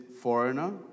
foreigner